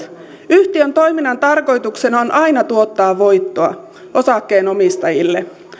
yhtiön toiminnan tarkoituksena on aina tuottaa voittoa osakkeenomistajille